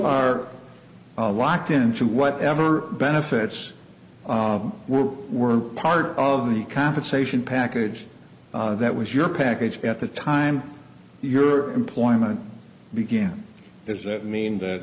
are locked into whatever benefits were were part of the compensation package that was your package at the time your employment began is that mean that